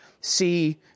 see